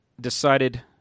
decided